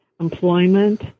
employment